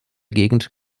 gegend